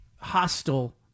hostile